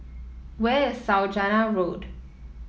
where is Saujana Road